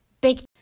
big